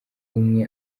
umwe